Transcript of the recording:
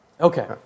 Okay